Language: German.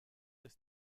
ist